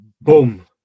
boom